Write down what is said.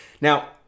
Now